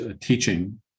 teaching